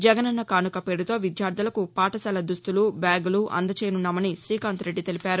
జగనన్న కానుక పేరుతో విద్యార్థులకు పాఠశాల దుస్తులు బ్యాగులు అందజేయన్నామని శ్రీకాంత్ రెడ్డి తెలిపారు